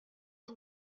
ati